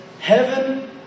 Heaven